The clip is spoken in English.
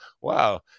wow